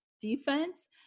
defense